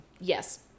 Yes